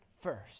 first